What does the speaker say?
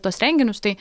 tuos renginius tai